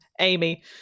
Amy